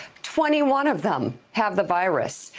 twenty one of them have the virus.